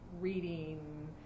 reading